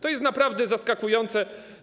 To jest naprawdę zaskakujące.